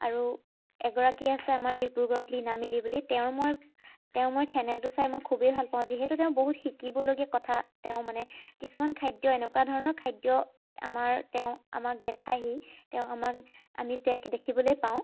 আৰু এগৰাকী আছে আমাৰ ডিব্ৰুগড়ত লীনা মিলি বুলি তেওঁৰ মই তেওঁৰ মই চেনেলটো চাই মই খুবেই ভাল পাওঁ যিহেতু তেওঁ বহুত শিকিবলগীয়া কথা তেওঁ মানে কিছুমান খাদ্য এনেকুৱা ধৰণৰ খাদ্য আমাৰ তেওঁ আমাক দেখাইহি তেওঁ আমাক আমি তেওঁক দেখিবলৈ পাওঁ